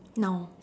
now